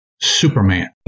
Superman